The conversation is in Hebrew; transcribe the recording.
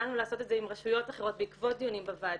ידענו לעשות את זה עם רשויות אחרות בעקבות דיונים בוועדה.